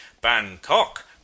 Bangkok